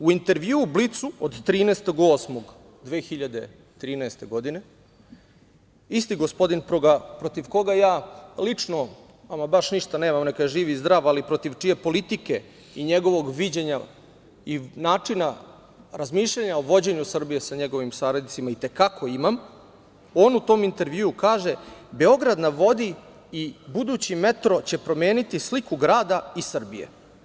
U intervjuu „Blicu“ od 13.08.2013. godine, isti gospodin, protiv koga ja lično ama baš ništa nemam, neka je živ i zdrav, ali protiv čije politike i njegovog viđenja i načina razmišljanja o vođenju Srbije sa njegovim saradnicima i te kako imam, on u tom intervjuu kaže „Beograd na vodi“ i budući metro će promeniti sliku grada i Srbije.